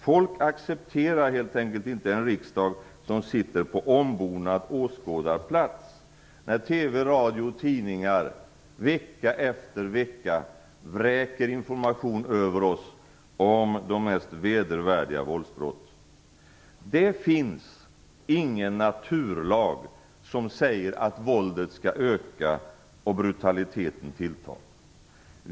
Folk accepterar helt enkelt inte en riksdag som sitter på ombonad åskådarplats när TV, radio och tidningar vecka efter vecka vräker information över oss om de mest vedervärdiga våldsbrott. Det finns ingen naturlag som säger att våldet skall öka och brutaliteten tillta.